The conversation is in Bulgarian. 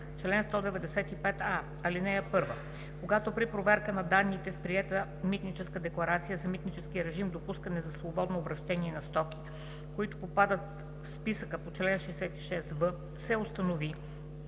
„Чл. 195а. (1) Когато при проверка на данните в приета митническа декларация за митнически режим допускане за свободно обращение на стоки, които попадат в списъка по чл. 66в, се установи,